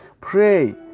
pray